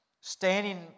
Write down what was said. standing